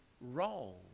wrong